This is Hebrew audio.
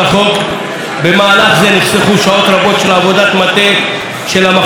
במהלך זה נחסכו שעות רבות של עבודת מטה של המחלקה המשפטית,